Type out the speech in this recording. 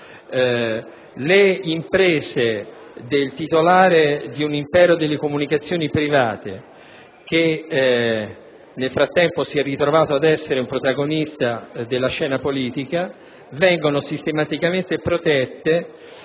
Le imprese del titolare di un impero delle comunicazioni private, che nel frattempo si è ritrovato ad essere un protagonista della scena politica, vengono sistematicamente protette,